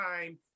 time